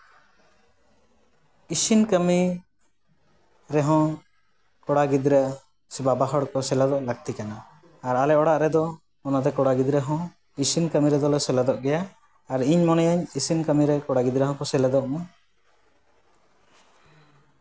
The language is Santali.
ᱤᱥᱤᱱ ᱠᱟᱹᱢᱤ ᱨᱮᱦᱚᱸ ᱠᱚᱲᱟ ᱜᱤᱫᱽᱨᱟᱹ ᱥᱮ ᱵᱟᱵᱟ ᱦᱚᱲ ᱠᱚ ᱥᱮᱞᱮᱫᱚᱜ ᱞᱟᱹᱠᱛᱤ ᱠᱟᱱᱟ ᱟᱨ ᱟᱞᱮ ᱚᱲᱟᱜ ᱨᱮᱫᱚ ᱚᱱᱟᱛᱮ ᱠᱚᱲᱟ ᱜᱤᱫᱽᱨᱟᱹ ᱦᱚᱸ ᱤᱥᱤᱱ ᱠᱟᱹᱢᱤ ᱨᱮᱫᱚᱞᱮ ᱥᱮᱞᱮᱫᱚᱜ ᱜᱮᱭᱟ ᱟᱨ ᱤᱧ ᱢᱚᱱᱮᱭᱤᱧ ᱤᱥᱤᱱ ᱠᱟᱹᱢᱤ ᱨᱮ ᱠᱚᱲᱟ ᱜᱤᱫᱽᱨᱟᱹ ᱦᱚᱸᱠᱚ ᱥᱮᱞᱮᱫᱚᱜ ᱢᱟ